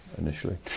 initially